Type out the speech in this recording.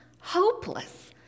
hopeless